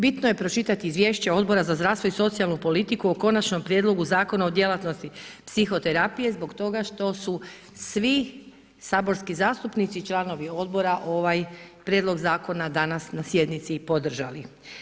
Bitno je pročitati izvješće Odbora za zdravstvo i socijalnu politiku o konačnom prijedlogu Zakona o djelatnosti psihoterapije zbog toga što su svi saborski zastupnici članovi Odbora ovaj Prijedlog Zakona danas na sjednici i podržali.